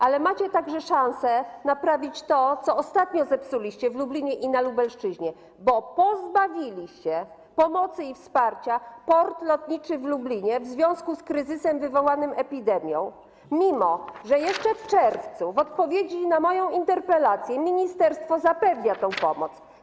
Ale macie także szansę naprawić to, co ostatnio zepsuliście w Lublinie i na Lubelszczyźnie, bo pozbawiliście pomocy i wsparcia Port Lotniczy Lublin w związku z kryzysem wywołanym epidemią, mimo że jeszcze w czerwcu w odpowiedzi na moją interpelację ministerstwo zapewniało o tej pomocy.